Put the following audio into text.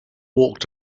walked